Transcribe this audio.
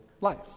life